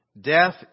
Death